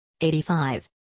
85